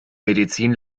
medizin